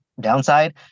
downside